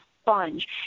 sponge